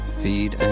feed